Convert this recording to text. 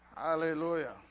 Hallelujah